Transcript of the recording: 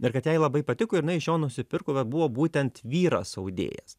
ir kad jai labai patiko ir jinai šio nusipirko va buvo būtent vyras audėjas